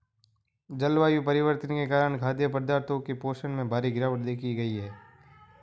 जलवायु परिवर्तन के कारण खाद्य पदार्थों के पोषण में भारी गिरवाट देखी गयी है